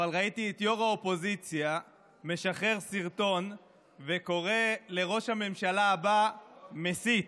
אבל ראיתי את ראש האופוזיציה משחרר סרטון וקורא לראש הממשלה הבא "מסית".